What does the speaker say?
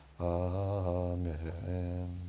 Amen